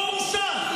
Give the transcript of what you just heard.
לא הורשע.